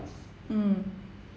mm